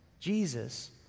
Jesus